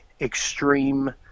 extreme